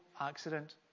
accident